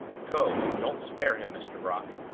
go, and don't spare him, mr. brock.